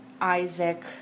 Isaac